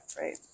right